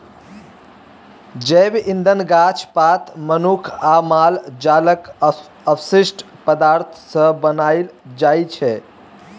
जैब इंधन गाछ पात, मनुख आ माल जालक अवशिष्ट पदार्थ सँ बनाएल जाइ छै